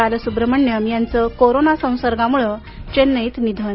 बालसुब्रमण्यम यांचं कोरोना संसर्गामुळे चेन्नईत निधन